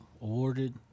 awarded